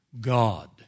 God